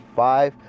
five